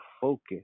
focus